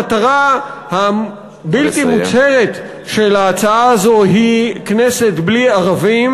המטרה הבלתי-מוצהרת של ההצעה הזאת היא כנסת בלי ערבים.